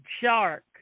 shark